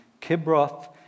Kibroth